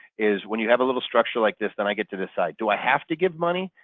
is when you have a little structure like this then i get to decide, do i have to give money?